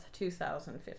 2015